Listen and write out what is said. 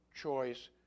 choice